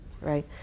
right